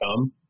come